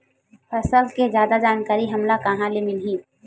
फसल के जादा जानकारी हमला कहां ले मिलही?